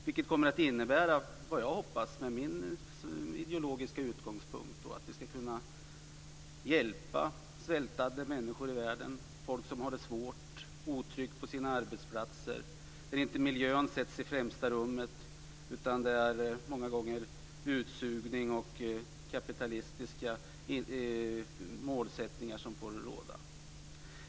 Det kommer att innebära - vad jag hoppas, från min ideologiska utgångspunkt - att vi ska kunna hjälpa svältande människor i världen. Vi ska kunna hjälpa folk som har det svårt och som har det otryggt på sina arbetsplatser, där miljön inte sätts i främsta rummet utan där utsugning och kapitalistiska målsättningar många gånger råder.